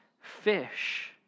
fish